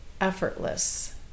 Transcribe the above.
effortless